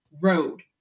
road